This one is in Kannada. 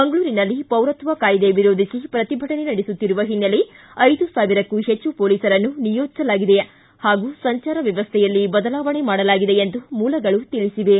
ಮಂಗಳೂರಿನಲ್ಲಿ ಪೌರತ್ವ ಕಾಯ್ದೆ ವಿರೋಧಿಸಿ ಪ್ರತಿಭಟನೆ ನಡೆಸುತ್ತಿರುವ ಹಿನ್ನೆಲೆ ಐದು ಸಾವಿರಕ್ಕೂ ಹೆಚ್ಚು ಪೊಲೀಸರನ್ನು ನಿಯೋಜಿಸಲಾಗಿದೆ ಹಾಗೂ ಸಂಚಾರ ವ್ಯವಸ್ಥೆಯಲ್ಲಿ ಬದಲಾವಣೆ ಮಾಡಲಾಗಿದೆ ಎಂದು ಮೂಲಗಳು ತಿಳಿಸಿವೆ